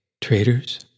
Traitors